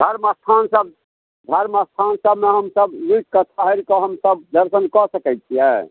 धर्म स्थान सब धर्म स्थान सबमे हमसब रुकिकऽ ठहरिकऽ हमसब दर्शनकऽ सकै छियै